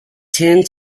ten